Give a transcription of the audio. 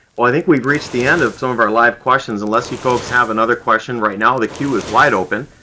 well, i think we've reached the end of some of our live questions unless you folks have another question right now, the queue is wide open.